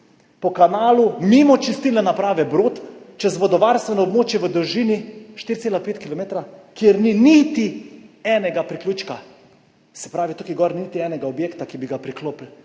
po kanalu mimo čistilne naprave Brod čez vodovarstveno območje v dolžini 4,5 kilometra, kjer ni niti enega priključka, se pravi tukaj gor niti enega objekta, ki bi ga priklopili,